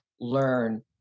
learn